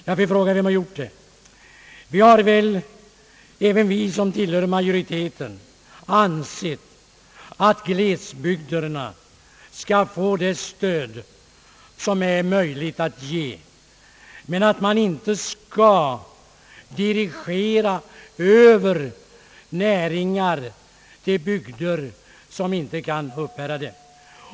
Jag vill fråga: Vem har gjort det? Även vi som tillhör majoriteten har ansett att glesbygderna skall få det stöd, som är möjligt att ge, men att man inte skall dirigera över näringar till bygder som inte kan uppbära dem.